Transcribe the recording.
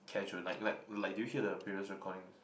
casual like like like do you hear the previous recording